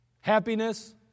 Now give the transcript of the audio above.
Happiness